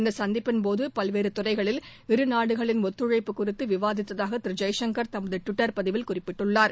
இச்சந்திப்பின் போது பல்வேறு துறைகளில் இரு நாடுகளின் ஒத்துழைப்பு குறித்து விவாதித்ததாக திரு ஜெய்சங்கர் தமது டுவிட்டர் பதிவில் குறிப்பிட்டுள்ளார்